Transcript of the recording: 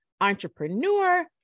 entrepreneur